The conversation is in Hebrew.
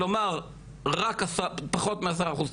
כלומר רק פחות מעשרה אחוז,